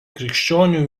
krikščionių